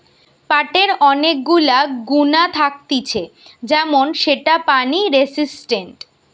পাটের অনেক গুলা গুণা থাকতিছে যেমন সেটা পানি রেসিস্টেন্ট